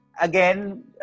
again